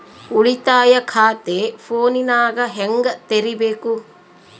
ಉಳಿತಾಯ ಖಾತೆ ಫೋನಿನಾಗ ಹೆಂಗ ತೆರಿಬೇಕು?